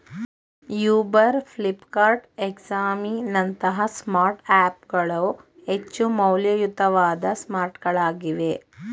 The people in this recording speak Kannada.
ಯೂಬರ್, ಫ್ಲಿಪ್ಕಾರ್ಟ್, ಎಕ್ಸಾಮಿ ನಂತಹ ಸ್ಮಾರ್ಟ್ ಹ್ಯಾಪ್ ಗಳು ಹೆಚ್ಚು ಮೌಲ್ಯಯುತವಾದ ಸ್ಮಾರ್ಟ್ಗಳಾಗಿವೆ